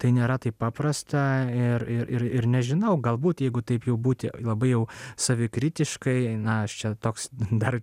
tai nėra taip paprasta ir ir nežinau galbūt jeigu taip jau būti labai jau savikritiškai na aš čia toks dar